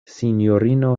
sinjorino